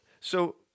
So-